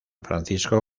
francisco